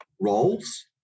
roles